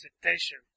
presentation